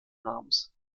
namens